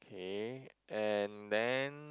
okay and then